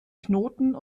knoten